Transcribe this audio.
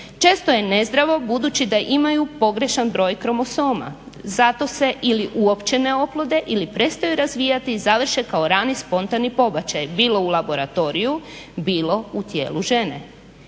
često je nezdravo budući da imaju pogrešan broj kromosoma. Zato se ili uopće ne oplode ili prestaju razvijati i završe kao rani spontani pobačaj bilo u laboratoriju, bilo u tijelu žene.